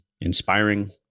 inspiring